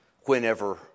whenever